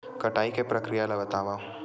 कटाई के प्रक्रिया ला बतावव?